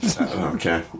Okay